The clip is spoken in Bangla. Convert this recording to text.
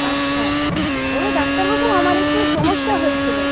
আচ্ছা ও ডাক্তারবাবু আমার একটু সমস্যা হয়েছিল